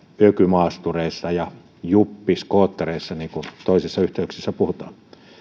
ökymaastureissa ja juppiskoottereissa niin kuin toisissa yhteyksissä puhutaan